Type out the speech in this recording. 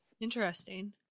Interesting